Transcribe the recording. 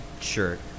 shirt